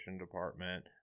department